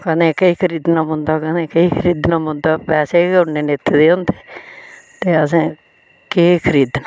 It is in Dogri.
कदें किश खरीदना पौंदा कदें किश खरीदना पौंदा पैसै गै उनें लेते होंदे ते असें केह् खरीदना